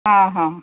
ହଁ ହଁ